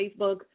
Facebook